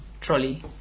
trolley